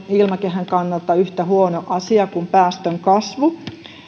ilmakehän kannalta yhtä huono asia kuin päästöjen kasvu